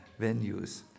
venues